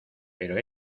pero